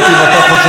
מה זה להיות יהודי.